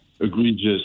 egregious